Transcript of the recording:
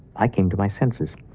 i came to my senses,